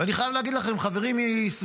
ואני חייב להגיד לכם, חברים משמאל,